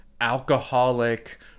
alcoholic